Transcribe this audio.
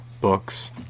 books